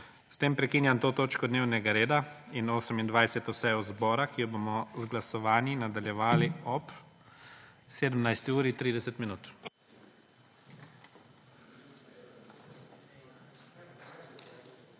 S tem prekinjam to točko dnevnega reda in 28. sejo zbora, ki jo bomo z glasovanji nadaljevali ob 17.30.